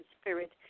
spirit